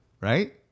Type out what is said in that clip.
right